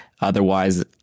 Otherwise